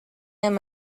and